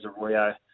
Arroyo